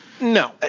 No